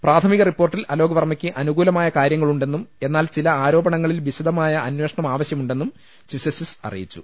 പ്രാഥ മിക റിപ്പോർട്ടിൽ അലോക് വർമ്മക്ക് അനുകൂലമായ കാര്യങ്ങളു ണ്ടെന്നും എന്നാൽ ചില ആരോപണങ്ങളിൽ വിശദമായ അന്വേ ഷണം ആവശ്യമുണ്ടെന്നും ചീഫ് ജസ്റ്റിസ് അറിയിച്ചു